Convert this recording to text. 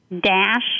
dash